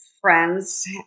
friends